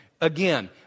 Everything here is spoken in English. Again